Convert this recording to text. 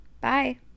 Bye